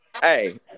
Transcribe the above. Hey